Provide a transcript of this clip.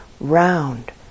round